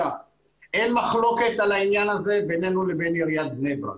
אין מחלוקת על העניין הזה בינינו לבין עיריית בני ברק.